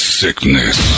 sickness